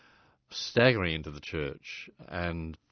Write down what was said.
staggering into the church and